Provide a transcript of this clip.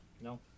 No